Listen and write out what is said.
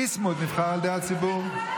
ביסמוט נבחר על ידי הציבור.